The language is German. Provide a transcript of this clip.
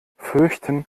fürchten